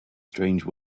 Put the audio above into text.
strange